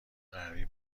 غربی